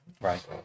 right